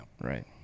right